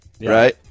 right